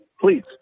Please